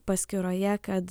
paskyroje kad